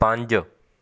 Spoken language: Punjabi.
ਪੰਜ